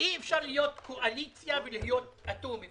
אי אפשר להיות קואליציה ולהיות אטום.